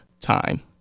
time